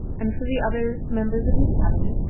and for the other members of his cabinet,